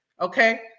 Okay